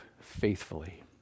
faithfully